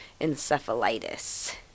encephalitis